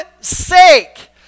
sake